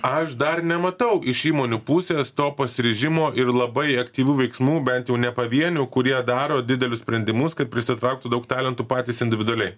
aš dar nematau iš įmonių pusės to pasiryžimo ir labai aktyvių veiksmų bent jau ne pavienių kurie daro didelius sprendimus kad prisitrauktų daug talentų patys individualiai